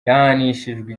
yahanishijwe